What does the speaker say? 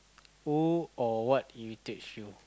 who or what irritates you